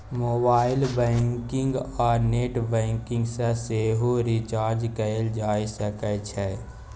mobile banking आ net banking सँ सेहो रिचार्ज कएल जा सकै छै